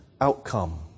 outcome